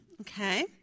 okay